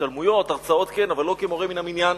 השתלמויות והרצאות כן, אבל לא כמורה מן המניין.